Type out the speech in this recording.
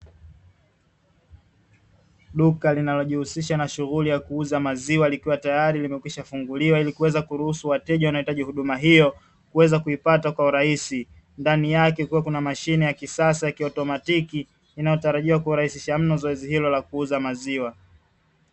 Duka linalojihusisha na shughuli ya kuuza maziwa likiwa tayari limekwisha funguliwa ili kuweza kuruhusu wateja wanaohitaji huduma hiyo kuweza kuipata kwa urahisi. Ndani yake kuwe kuna mashine ya kisasa ya kiautomatiki, inayotarajiwa kurahisisha mno zoezi hilo la kuuza maziwa.